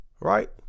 Right